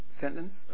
sentence